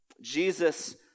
Jesus